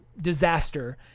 disaster